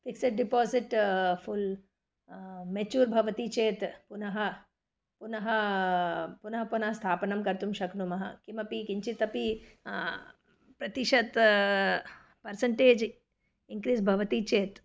fixed deposit full mature भवति चेत् पुनः पुनः पुनः पुनः स्थापनं कर्तुं शक्नुमः किमपि किञ्चित् अपि प्रतिशतं पर्सेण्टेज् इन्क्रीस् भवति चेत्